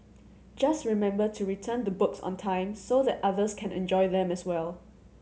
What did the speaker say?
just remember to return the books on time so that others can enjoy them as well